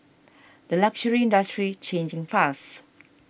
the luxury industry changing fast